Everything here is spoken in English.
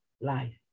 life